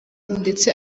ndetse